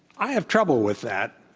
i have trouble with that.